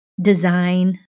design